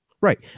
Right